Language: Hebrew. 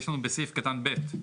יש לנו בסעיף קטן (ב),